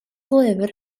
lyfr